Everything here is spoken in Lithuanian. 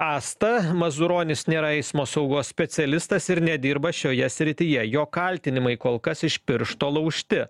asta mazuronis nėra eismo saugos specialistas ir nedirba šioje srityje jo kaltinimai kol kas iš piršto laužti